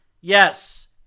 yes